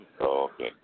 Okay